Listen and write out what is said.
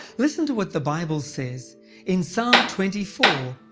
listen to what the bible says in psalm twenty four,